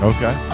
Okay